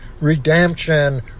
redemption